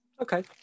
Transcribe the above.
Okay